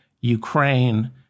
Ukraine